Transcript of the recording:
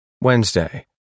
Wednesday